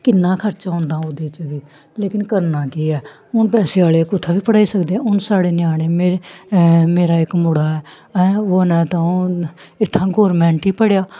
किन्ना खर्चा होंदा ओह्दे च बी लेकिन करना केह् ऐ हून पैसे आह्ले कु'त्थै बी पढ़ाई सकदे हून साढ़े ञ्यानें मेरा इक मुड़ा ऐ ओह् ना तां इत्थां गौरमेंट ई पढ़ेआ